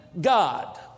God